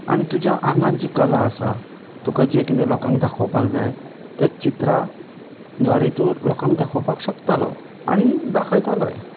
आनी तुज्या आंगान जी कला आसा तुका जे कितें लोकांक दाखोवपाक जाय त्या चित्रा द्वारे तूं लोकांक दाखोवपाक शकतालो आनी दाखयतालोय